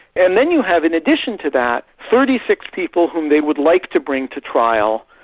and then you have, in addition to that, thirty six people whom they would like to bring to trial,